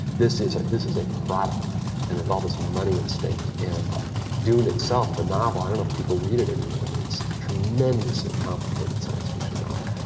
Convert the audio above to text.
this is, this is a product and, here's all this money at stake. and dune itself, the novel, i don't know if people read it anymore, but it's a tremendously complicated science fiction novel.